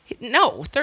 No